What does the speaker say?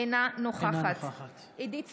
אינה נוכחת עידית סילמן,